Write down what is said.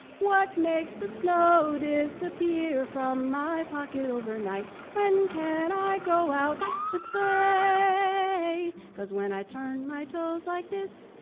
what makes the snow disappear from my pocket overnight? when can i go out to play? cause when i turn my toes like this,